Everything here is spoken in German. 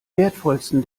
wertvollsten